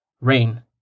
Rain